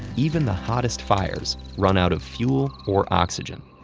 even the hottest fires run out of fuel or oxygen.